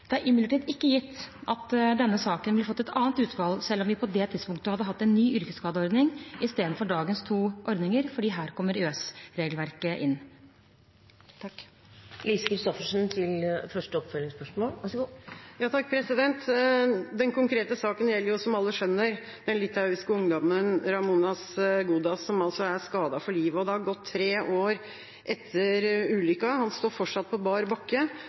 Det er imidlertid ikke gitt at denne saken ville fått et annet utfall, selv om vi på det tidspunktet hadde hatt en ny yrkesskadeordning i stedet for dagens to ordninger, for her kommer EØS-regelverket inn. Den konkrete saken gjelder, som alle skjønner, den litauiske ungdommen Ramunas Gudas, som altså er skadet for livet. Det har gått tre år siden ulykken, han står fortsatt på bar bakke,